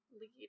lead